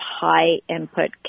high-input